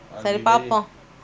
சரிபாப்போம்:sari paapoom